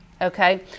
Okay